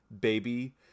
baby